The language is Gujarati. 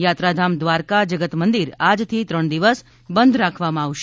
યાત્રાધામ દ્વારકા જગત મંદિર આજથી ત્રણ દિવસ બંધ રાખવામાં આવશે